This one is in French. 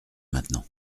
maintenant